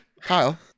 Kyle